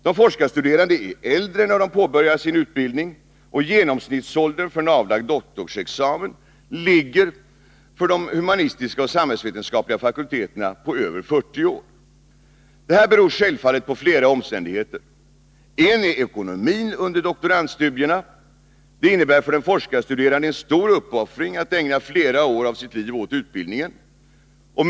De forskarstuderande är äldre när de påbörjar sin utbildning, och genomsnittsåldern för avlagd doktorsexamen ligger för de humanistiska och samhällsvetenskapliga fakulteterna på över 40 år. Detta beror självfallet på flera omständigheter. En är ekonomin under doktorandstudierna. Det innebär för den forskarstuderande en stor uppoffring att ägna flera år av sitt liv åt utbildningen.